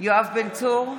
יואב בן צור,